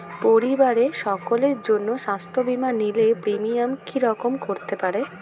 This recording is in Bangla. পরিবারের সকলের জন্য স্বাস্থ্য বীমা নিলে প্রিমিয়াম কি রকম করতে পারে?